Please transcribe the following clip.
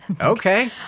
okay